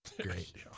great